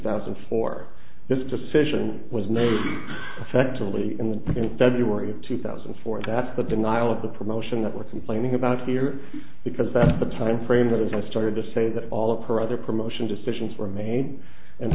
thousand for this decision was made affectively in february of two thousand and four that's the denial of the promotion that we're complaining about here because that's the time frame but as i started to say that all of her other promotion decisions were made and